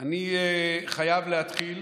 אני חייב להתחיל